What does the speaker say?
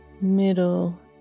middle